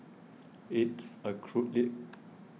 it's a cruel it